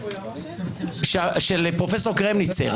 של פרופ' קרמניצר,